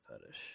Fetish